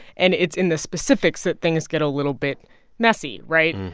and it's in the specifics that things get a little bit messy, right?